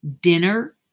dinner